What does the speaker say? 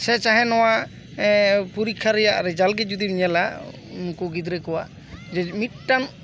ᱥᱮ ᱪᱟᱦᱮ ᱱᱚᱶᱟ ᱯᱚᱨᱤᱠᱠᱷᱟ ᱨᱮᱭᱟᱜ ᱨᱮᱡᱟᱞᱴ ᱜᱮ ᱡᱩᱫᱤᱢ ᱧᱮᱞᱟ ᱩᱱᱠᱩ ᱜᱤᱫᱽᱨᱟᱹ ᱠᱚᱣᱟᱜ ᱢᱤᱫᱴᱟᱝ